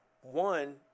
one